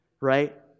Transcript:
right